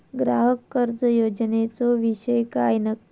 ग्राहक कर्ज योजनेचो विषय काय नक्की?